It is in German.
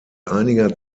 einiger